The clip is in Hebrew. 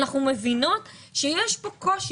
אנחנו מבינות שיש כאן קושי.